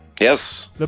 Yes